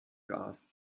gas